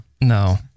No